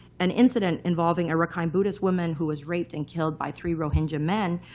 an incident involving a rakhine buddhist woman, who was raped and killed by three rohingya men,